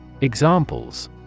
Examples